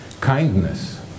Kindness